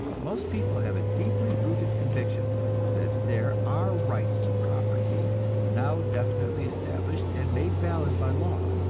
most people have a deeply rooted conviction that there are rights to property now definitely established and made valid by law.